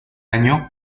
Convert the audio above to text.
año